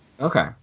Okay